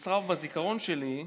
נצרב בזיכרון שלי.